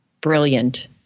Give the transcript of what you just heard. brilliant